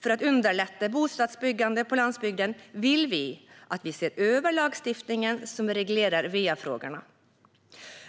För att underlätta bostadsbyggandet på landsbygden vill vi att man ser över lagstiftningen som reglerar va-frågorna.